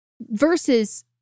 versus